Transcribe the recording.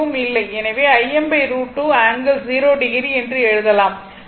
எனவே Im√2 ∟0o என்று எழுதலாம்